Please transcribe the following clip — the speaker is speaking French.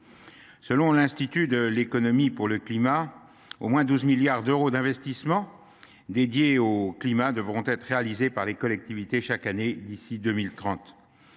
Selon l’Institut de l’économie pour le climat (I4CE), au moins 12 milliards d’euros d’investissements pour le climat devront être réalisés par les collectivités chaque année d’ici à 2030,